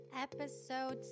Episode